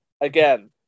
Again